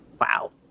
wow